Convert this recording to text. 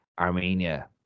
Armenia